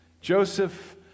Joseph